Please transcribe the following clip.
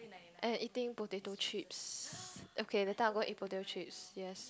and eating potato chips okay later I'm gonna eat potato chips yes